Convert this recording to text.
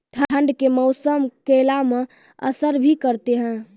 ठंड के मौसम केला मैं असर भी करते हैं?